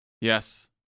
Yes